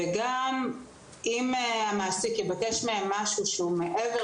ואם המעסיק יבקש מהם משהו שהוא מעבר